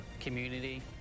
community